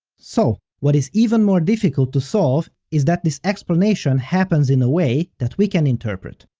so, what is even more difficult to solve is that this explanation happens in a way that we can interpret.